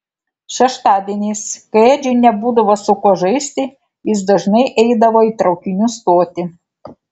šeštadieniais kai edžiui nebūdavo su kuo žaisti jis dažnai eidavo į traukinių stotį